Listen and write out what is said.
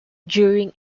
during